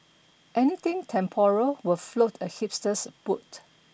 anything temporal will float a hipster's boat